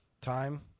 Time